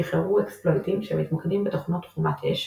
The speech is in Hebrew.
שחררו אקספלויטים שמתמקדים בתוכנות חומת אש,